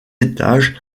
étages